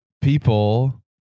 people